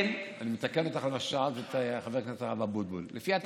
אני מתקן אותך על מה ששאלת את חבר הכנסת הרב אבוטבול: לפי התקנון,